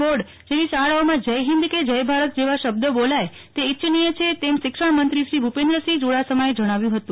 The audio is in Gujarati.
બોર્ડ જેવી શાળાઓમાં જય હિંદ કે જય ભારત જેવા શબ્દ બોલાય તે ઇચ્છનીય છે તેમ શિક્ષણ મંત્રી શ્રી ભુપેન્દ્રસિંહ ચુડાસમાએ જણાવ્યું હતું